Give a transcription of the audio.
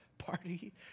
party